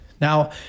Now